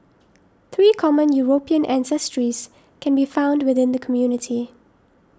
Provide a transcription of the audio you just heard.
three common European ancestries can be found within the community